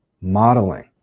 modeling